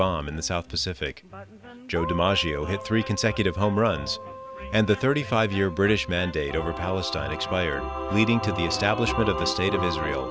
bomb in the south pacific joe di maggio hit three consecutive home runs and the thirty five year british mandate over palestine expired leading to the establishment of the state of israel